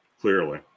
clearly